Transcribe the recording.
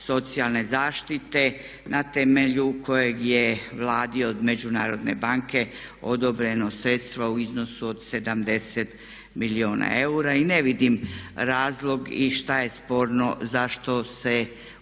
socijalne zaštite na temelju kojeg je Vladi od Međunarodne banke odobreno sredstva u iznosu od 70 milijuna eura. I ne vidim razlog i šta je sporno zašto se upravo